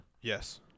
Yes